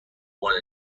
what